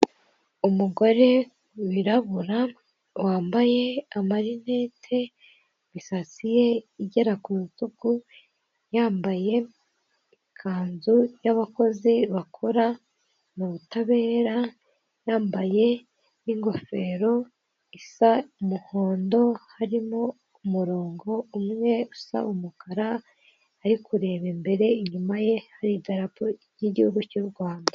Umugore wirabura wambaye amarinete, imisatsi ye igera ku rutugu yambaye ikanzu y'abakozi bakora mu butabera, yambaye n'ingofero isa umuhondo, harimo umurongo umwe usa umukara. Ari kureba imbere inyuma ye haridarapo ry'igihugu cy'u Rwanda.